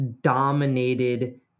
dominated